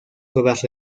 cuevas